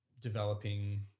developing